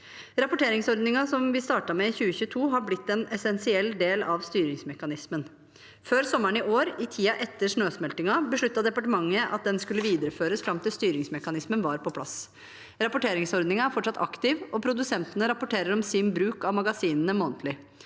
Rapporteringsordningen som vi starter med i 2022, har blitt en essensiell del av styringsmekanismen. Før sommeren i år, i tiden etter snøsmeltingen, besluttet departementet at den skulle videreføres fram til styringsmekanismen var på plass. Rapporteringsordningen er fortsatt aktiv, og produsentene rapporterer om sin bruk av magasinene månedlig.